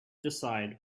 decide